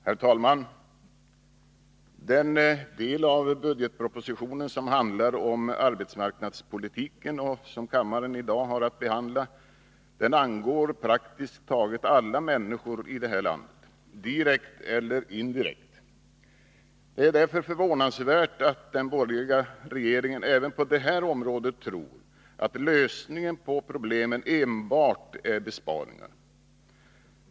Herr talman! Den del av budgetpropositionen som handlar om arbetsmarknadspolitiken, och som kammaren i dag har att behandla, angår praktiskt taget alla människor i det här landet, direkt eller indirekt. Det är därför förvånansvärt att den borgerliga regeringen även på detta område tror att lösningen på problemen enbart är besparingar.